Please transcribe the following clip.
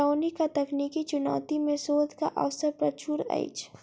पटौनीक तकनीकी चुनौती मे शोधक अवसर प्रचुर अछि